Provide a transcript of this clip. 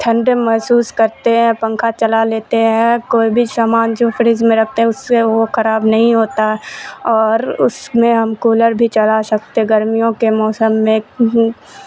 ٹھنڈ محسوس کرتے ہیں پنکھا چلا لیتے ہیں کوئی بھی سامان جو فریج میں رکھتے ہیں اس سے وہ خراب نہیں ہوتا ہے اور اس میں ہم کولر بھی چلا سکتے گرمیوں کے موسم میں